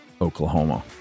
Oklahoma